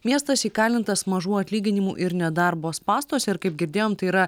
miestas įkalintas mažų atlyginimų ir nedarbo spąstuose ir kaip girdėjom tai yra